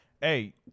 Hey